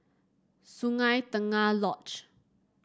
Sungei Tengah Lodge